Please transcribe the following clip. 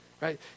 right